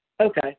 Okay